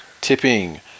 Tipping